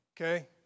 okay